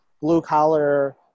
blue-collar